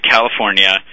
California